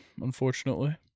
unfortunately